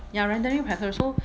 ya randomly patrol so